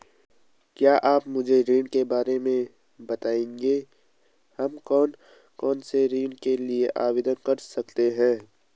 क्या आप मुझे ऋण के बारे में बताएँगे हम कौन कौनसे ऋण के लिए आवेदन कर सकते हैं?